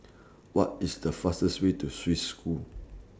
What IS The fastest Way to Swiss School